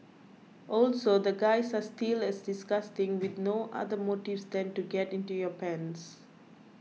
also the guys are still as disgusting with no other motives than to get in your pants